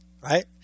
right